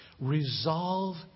Resolve